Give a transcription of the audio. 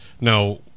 now